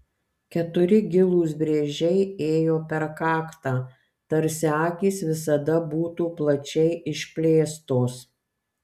keturi gilūs brėžiai ėjo per kaktą tarsi akys visada būtų plačiai išplėstos